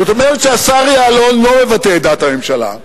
זאת אומרת שהשר יעלון לא מבטא את דעת הממשלה.